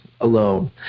alone